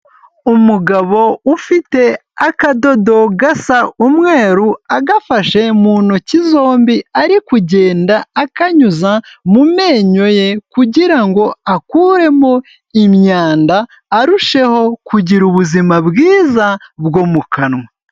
Umugabo ufite akadodo gasa umweru agafashe mu ntoki zombi, ari kugenda akanyuza mu menyo ye, kugira ngo akuremo imyanda arusheho kugira ubuzima bwiza bwo mu kanwa.